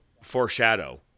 foreshadow